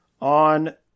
on